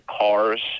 cars